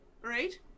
Right